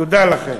תודה לכם.